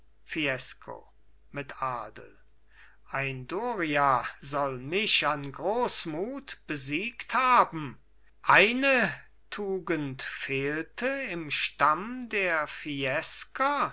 mit adel ein doria soll mich an großmut besiegt haben eine tugend fehlte im stamm der